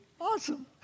Awesome